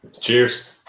Cheers